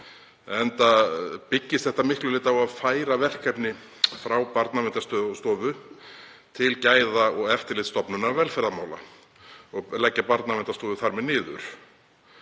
enda byggist þetta að miklu leyti á að færa verkefni frá Barnaverndarstofu til Gæða- og eftirlitsstofnunar velferðarmála og leggja Barnaverndarstofu þar með niður.